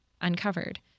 uncovered